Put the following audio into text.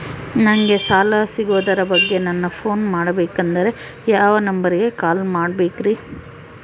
ನಂಗೆ ಸಾಲ ಸಿಗೋದರ ಬಗ್ಗೆ ನನ್ನ ಪೋನ್ ಮಾಡಬೇಕಂದರೆ ಯಾವ ನಂಬರಿಗೆ ಕಾಲ್ ಮಾಡಬೇಕ್ರಿ?